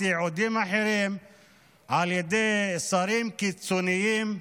ייעודים אחרים על ידי שרים קיצוניים,